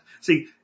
See